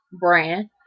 Brand